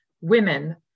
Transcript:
women